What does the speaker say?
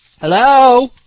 Hello